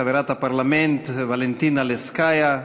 חברת הפרלמנט ולנטינה לסקיי,